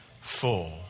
full